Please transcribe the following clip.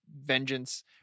vengeance